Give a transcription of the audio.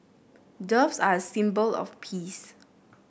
doves are a symbol of peace